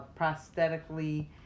prosthetically